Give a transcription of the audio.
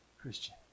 Christian